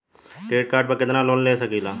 Credit card पर कितनालोन ले सकीला?